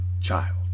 child